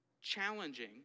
challenging